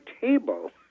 table